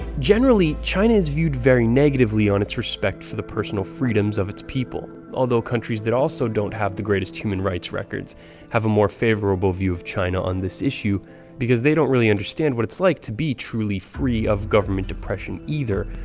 generally, china is viewed very negatively on its respect for the personal freedoms of its people, although countries that also don't have the greatest human rights records have a more favorable view of china on this issue because they don't really understand what it's like to be truly free of government oppression either,